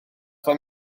fan